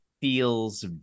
feels